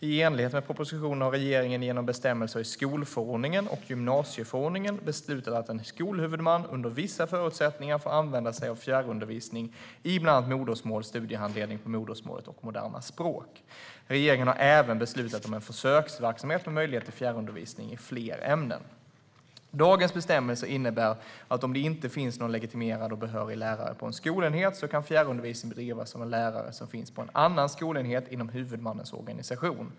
I enlighet med propositionen har regeringen genom bestämmelser i skolförordningen och gymnasieförordningen beslutat att en skolhuvudman, under vissa förutsättningar, får använda sig av fjärrundervisning ibland annat modersmål, studiehandledning på modersmålet och moderna språk. Regeringen har även beslutat om en försöksverksamhet med möjlighet till fjärrundervisning i fler ämnen. Dagens bestämmelser innebär att om det inte finns någon legitimerad och behörig lärare på en skolenhet så kan fjärrundervisning bedrivas av en lärare som finns på en annan skolenhet inom huvudmannens organisation.